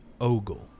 Ogle